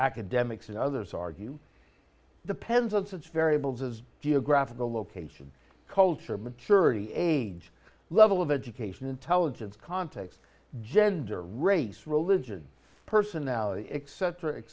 academics and others argue the pen's of such variables as geographical location culture maturity age level of education intelligence context gender race religion personality e